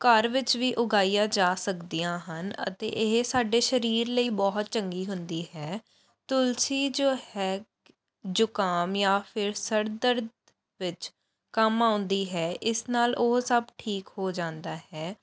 ਘਰ ਵਿੱਚ ਵੀ ਉਗਾਈਆਂ ਜਾ ਸਕਦੀਆਂ ਹਨ ਅਤੇ ਇਹ ਸਾਡੇ ਸਰੀਰ ਲਈ ਬਹੁਤ ਚੰਗੀ ਹੁੰਦੀ ਹੈ ਤੁਲਸੀ ਜੋ ਹੈ ਜ਼ੁਕਾਮ ਜਾਂ ਫਿਰ ਸਿਰ ਦਰਦ ਵਿੱਚ ਕੰਮ ਆਉਂਦੀ ਹੈ ਇਸ ਨਾਲ ਉਹ ਸਭ ਠੀਕ ਹੋ ਜਾਂਦਾ ਹੈ